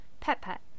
Pet-pet